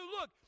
Look